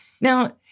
Now